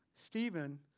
Stephen